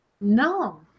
No